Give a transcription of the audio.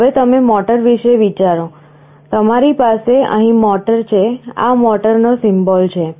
હવે તમે મોટર વિશે વિચારો તમારી પાસે અહીં મોટર છે આ મોટરનો સિમ્બોલ છે